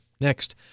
Next